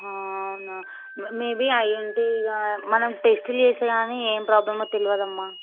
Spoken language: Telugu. అవునా మేబి అయింటే ఇక మనం టెస్ట్ చేస్తే కానీ ఏం ప్రాబ్లమో తెలియదమ్మా